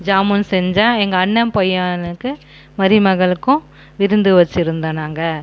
ஜாமுன் செஞ்சேன் எங்கள் அண்ணன் பையனுக்கு மருமகளுக்கும் விருந்து வச்சுருந்தோம் நாங்கள்